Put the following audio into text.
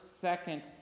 second